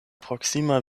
proksima